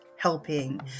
Helping